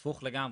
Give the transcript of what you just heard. הפוך לגמרי,